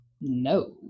no